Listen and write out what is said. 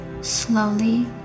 Slowly